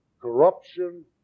corruption